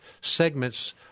segments